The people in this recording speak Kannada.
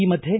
ಈ ಮಧ್ಯೆ